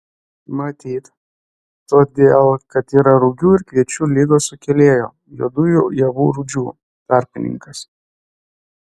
matyt todėl kad yra rugių ir kviečių ligos sukėlėjo juodųjų javų rūdžių tarpininkas